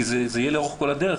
כי זה יהיה לאורך כל הדרך,